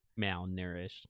Malnourished